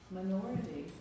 minority